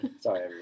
Sorry